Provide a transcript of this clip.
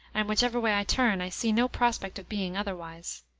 and, whichever way i turn, i see no prospect of being otherwise.